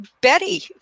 betty